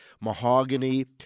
mahogany